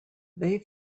they